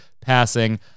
passing